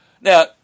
Now